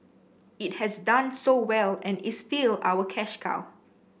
it has done so well and is still our cash cow